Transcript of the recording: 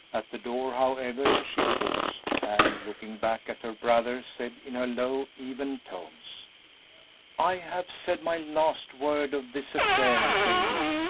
at the door, however, she paused, and, looking back at her brother, said, in her low, even tones i have said my last word of this affair, david,